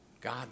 God